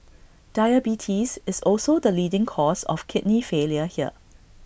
diabetes is also the leading cause of kidney failure here